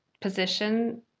position